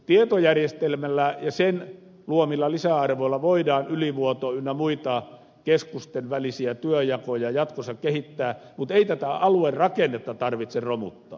tietojärjestelmällä ja sen luomilla lisäarvoilla voidaan ylivuotoa ynnä muita keskusten välisiä työnjakoja jatkossa kehittää mutta ei tätä aluerakennetta tarvitse romuttaa